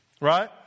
right